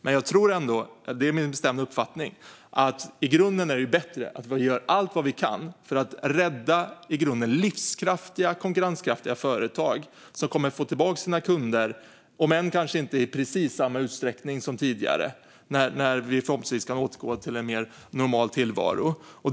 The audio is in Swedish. Men jag tror ändå - det är min bestämda uppfattning - att det är bättre att vi gör allt vad vi kan för att rädda i grunden livskraftiga och konkurrenskraftiga företag som kommer att få tillbaka sina kunder, om än kanske inte i precis samma utsträckning som tidigare, när vi förhoppningsvis kan återgå till en mer normal tillvaro.